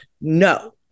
No